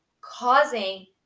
causing